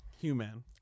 human